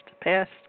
passed